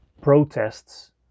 protests